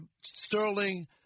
Sterling